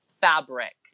fabric